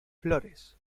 flores